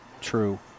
true